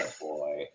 boy